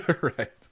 right